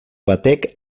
batek